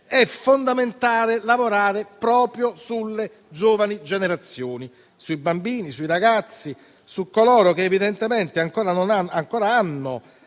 è fondamentale lavorare proprio sulle giovani generazioni, sui bambini, sui ragazzi, su coloro che evidentemente ancora hanno